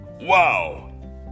Wow